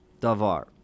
Davar